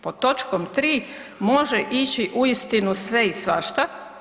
Pod točkom 3 može ići uistinu sve i svašta.